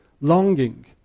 longing